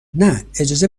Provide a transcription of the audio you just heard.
نه، اجازه